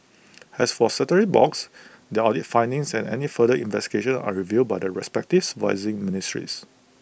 as for statutory box their audit findings and any further investigations are reviewed by their respects supervising ministries